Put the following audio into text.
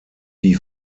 die